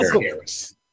Harris